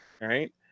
Right